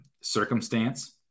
circumstance